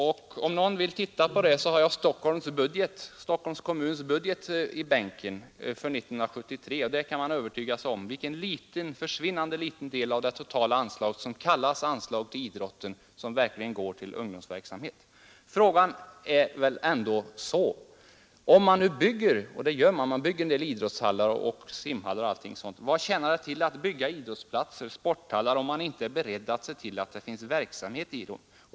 Jag har just ett exemplar av Stockholms budget för 1973 här om någon är intresserad. Där kan man övertyga sig om vilken försvinnande liten del av det som kallas Anslag till idrotten som verkligen går till ungdomsverksamhet. Man kan fråga sig vad det tjänar till att bygga simhallar, idrottsplatser och sporthallar om man inte är beredd att se till att det finns verksamhet i dem.